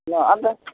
ल अनि त